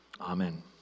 Amen